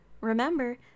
Remember